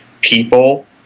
people